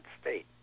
State